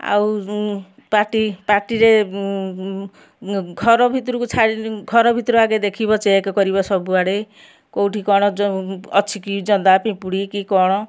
ଆଉ ପାଟି ପାଟିରେ ଘର ଭିତରକୁ ଘର ଭିତର ଆଗ ଦେଖିବ ଚେକ୍ କରିବ ସବୁଆଡ଼େ କେଉଁଠି କ'ଣ ଯେଉଁ ଅଛି କି ଜନ୍ଦା ପିମ୍ପୁଡ଼ି କି କ'ଣ